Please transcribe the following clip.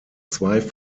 zwei